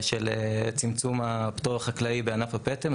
צמצום הפטור החקלאי בענף הפטם.